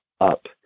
up